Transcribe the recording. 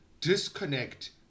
disconnect